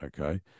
okay